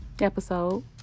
episode